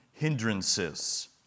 hindrances